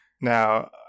Now